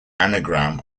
anagram